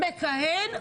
מכהן,